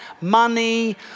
Money